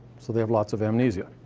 so they have lots of amnesia.